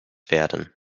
werden